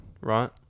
right